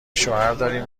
شوهرداریم